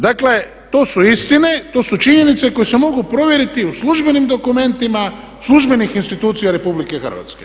Dakle, to su istine, to su činjenice koje se mogu provjeriti u službenim dokumentima službenih institucija RH.